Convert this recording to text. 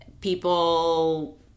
people